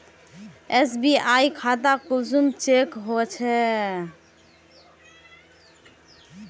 SBI खाता कुंसम check होचे?